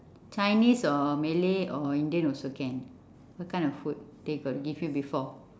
chinese or malay or indian also can what kind of food they got give you before